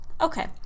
Okay